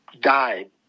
died